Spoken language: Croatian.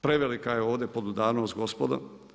Prevelika je ovdje podudarnost, gospodo.